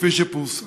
כפי שפורסם.